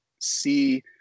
see